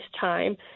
time